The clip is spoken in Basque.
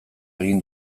egin